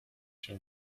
się